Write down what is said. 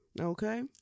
Okay